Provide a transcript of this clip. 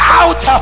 out